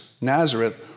Nazareth